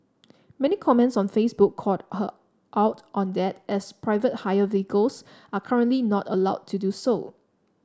many comments on Facebook called her out on that as private hire vehicles are currently not allowed to do so